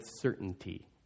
certainty